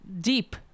deep